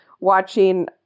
watching